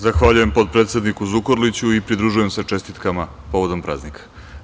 Zahvaljujem potpredsedniku Zukorliću i pridružujem se čestitkama povodom praznika.